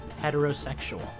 heterosexual